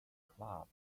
club